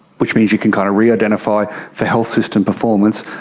which means you can kind of re-identify for health system performance,